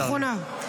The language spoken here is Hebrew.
אחרונה.